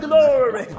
Glory